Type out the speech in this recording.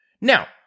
Now